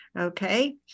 okay